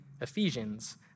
Ephesians